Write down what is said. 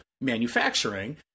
manufacturing